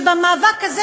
שבמאבק הזה,